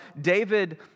David